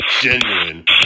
genuine